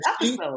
episode